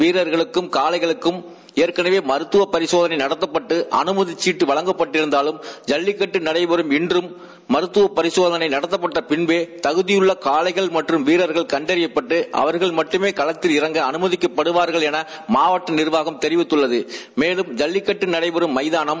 வீரர்களுக்கும் காளைகளுக்கும் ஏற்கனவே மருத்தவ பரிசோதனை நடத்தப்பட்டு அமைகி சீட்டு வழங்கப்பட்டிருந்தாலும் ஐல்லிகட்டு நடைபெறும் இன்றும் மறுமருத்தவ பரிசோதனை நடத்தப்பட்ட பின்பே தகுதியுள்ள காளைகள் மற்றம் வீரர்கள் கண்டறியப்பட்டு அவர்கள் மட்டுமே களத்தில் இறங்க அமைதிக்கப்படுவார்கள் என மாவட்ட நிர்வாகம் தெரிவித்தள்ளது மேலம் ஐல்லிக்கட்டு நடைபெறம் மைதானம்